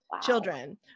children